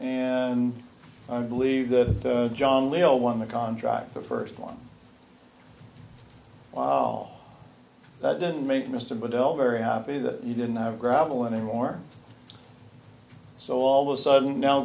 and i believe that john will won the contract the first one wow that didn't make mr bell very happy that you didn't have gravel anymore so all the sudden now